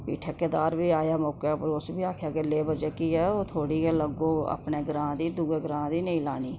फ्ही ठेकेदार बी आया मौके उप्पर उस बी आखेआ कि लेवर जेह्की ऐ ओह् थोह्ड़ी गै लगोग्ग अपने ग्रांऽ दी दुए ग्रांऽ दी नेईं लानी